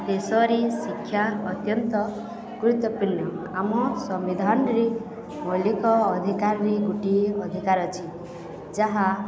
ଦେଶରେ ଶିକ୍ଷା ଅତ୍ୟନ୍ତ ଗୁରୁତ୍ୱପୂର୍ଣ୍ଣ ଆମ ସମ୍ବିଧାନରେ ମୌଳିକ ଅଧିକାରରେ ଗୋଟିଏ ଅଧିକାର ଅଛି ଯାହା